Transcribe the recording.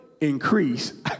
increase